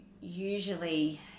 usually